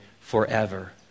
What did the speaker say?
forever